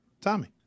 Tommy